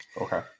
Okay